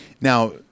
now